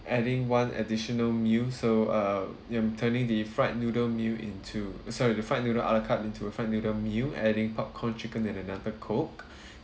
adding one additional meal so uh you're turning the fried noodle meal into uh sorry the fried noodle à la carte into a fried noodle meal adding popcorn chicken and another coke